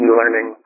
learning